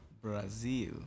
Brazil